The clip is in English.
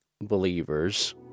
believers